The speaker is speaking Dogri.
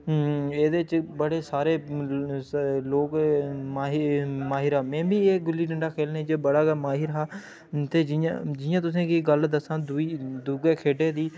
अम्म एह्दे च बड़े सारे लोग माहिर माहिर आं में बी एह् गुल्ली डंडा खेलने च बड़ा गै माहिर हा ते जि'यां जि'यां तु'सें गी गल्ल दस्सां दूई दूए खेढे दी